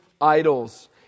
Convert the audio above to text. idols